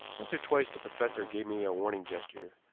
once or twice the professor gave me a warning gesture,